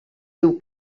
diu